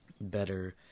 better